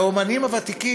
לאמנים הוותיקים,